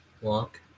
walk